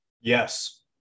Yes